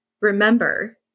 Remember